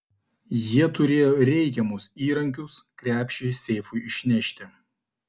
jie turėjo reikiamus įrankius krepšį seifui išnešti